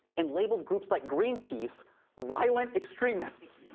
and labeled groups like greenpeace violent extremists.